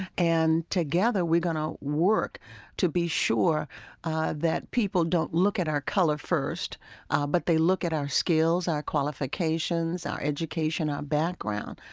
and together we're going to work to be sure that people don't look at our color first but they look at our skills, our qualifications, our education, our background.